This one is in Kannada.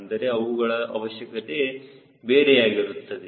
ಅಂದರೆ ಅವುಗಳ ಅವಶ್ಯಕತೆ ಬೇರೆಯಾಗಿರುತ್ತದೆ